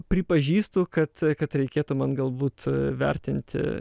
pripažįstu kad kad reikėtų man galbūt vertinti